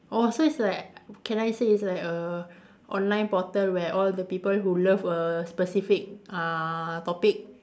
oh so it's like can I say it's like a online portal where all the people who love a specific uh topic